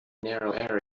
narrow